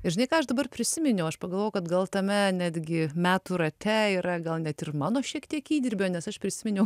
ir žinai ką aš dabar prisiminiau aš pagalvojau kad gal tame netgi metų rate yra gal net ir mano šiek tiek įdirbio nes aš prisiminiau